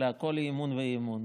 לכל אי-אמון ואי-אמון,